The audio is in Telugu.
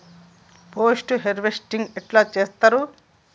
పోస్ట్ హార్వెస్టింగ్ ఎట్ల చేత్తరు?